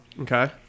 Okay